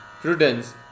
prudence